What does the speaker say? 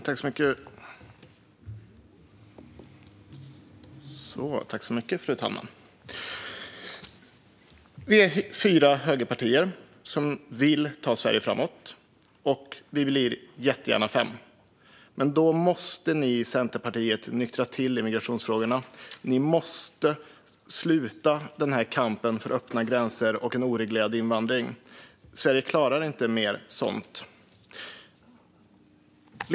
Fru talman! Vi är fyra högerpartier som vill ta Sverige framåt. Vi blir jättegärna fem, men då måste ni i Centerpartiet nyktra till i migrationsfrågorna. Ni måste sluta med den här kampen för öppna gränser och en oreglerad invandring. Sverige klarar inte mer sådant.